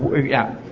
yeah.